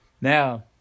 Now